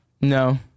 no